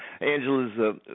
Angela's